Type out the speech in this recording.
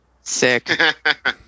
Sick